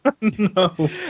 No